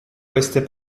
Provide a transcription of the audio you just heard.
queste